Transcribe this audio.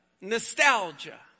Nostalgia